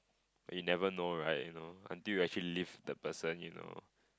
you never know right you know until you actually leave the person you know